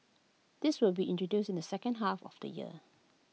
this will be introduced in the second half of the year